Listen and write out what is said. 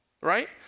right